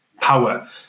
power